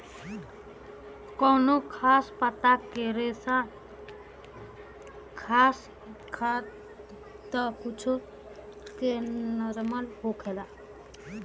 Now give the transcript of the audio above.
कवनो खास पता के रेसा सख्त त कुछो के नरम होला